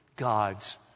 God's